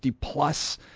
plus